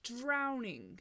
drowning